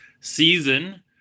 season